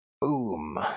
boom